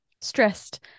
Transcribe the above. stressed